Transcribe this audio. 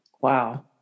Wow